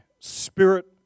spirit